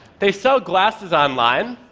they sell glasses online.